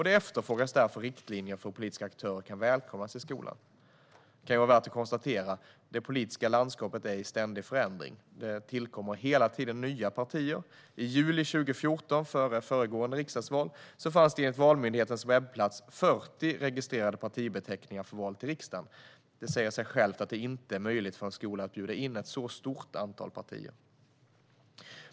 Det efterfrågas därför riktlinjer för hur politiska aktörer kan välkomnas till skolan. Det politiska landskapet är i ständig förändring. Det tillkommer hela tiden nya partier. I juli 2014, före riksdagsvalet, fanns det enligt Valmyndighetens webbplats 40 registrerade partibeteckningar för val till riksdagen. Det säger sig självt att det inte är möjligt för en skola att bjuda in ett så stort antal partier.